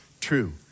true